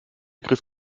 griff